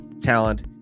talent